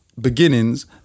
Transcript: Beginnings